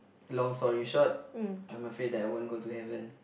long story short I'm afraid that I won't go to heaven